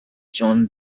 joan